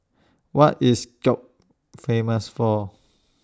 What IS Skopje Famous For